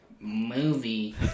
movie